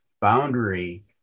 boundary